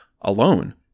alone